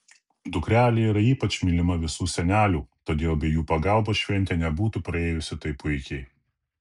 dukrelė yra ypač mylima visų senelių todėl be jų pagalbos šventė nebūtų praėjusi taip puikiai